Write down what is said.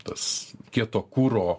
tas kieto kuro